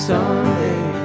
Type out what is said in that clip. Someday